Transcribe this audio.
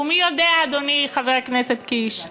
ומי יודע, אדוני חבר הכנסת קיש,